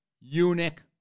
eunuch